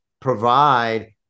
provide